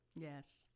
Yes